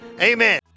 amen